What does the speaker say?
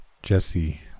Jesse